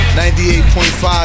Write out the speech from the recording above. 98.5